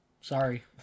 sorry